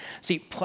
see